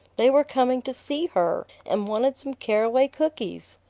they were coming to see her, and wanted some caraway cookies!